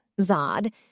Zod